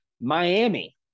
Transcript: Miami